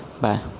Bye